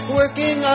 working